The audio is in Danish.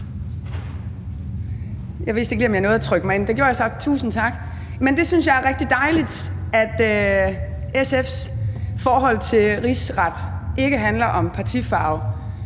Jeg vidste ikke lige, om jeg nåede at trykke mig ind – det gjorde jeg så, tusind tak. Men jeg synes, det er rigtig dejligt, at SF's forhold til rigsret ikke handler om partifarve,